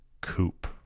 Coupe